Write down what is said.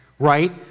Right